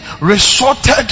resorted